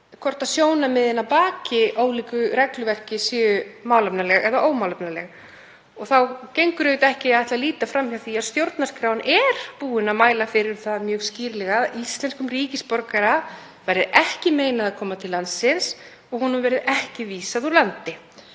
hvort sjónarmiðin að baki ólíku regluverki séu málefnaleg eða ómálefnaleg. Þá gengur auðvitað ekki að ætla að líta fram hjá því að stjórnarskráin mælir fyrir um það mjög skýrlega að íslenskum ríkisborgara verði ekki meinað að koma til landsins og honum verði ekki vísað úr landi.